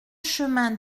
chemin